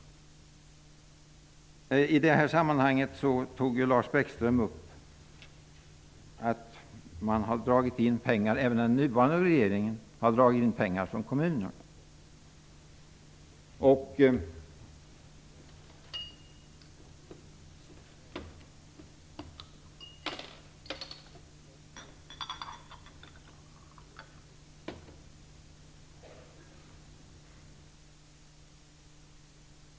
I detta sammanhang tog Lars Bäckström upp att även den nuvarande regeringen har dragit in pengar från kommunerna.